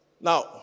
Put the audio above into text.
Now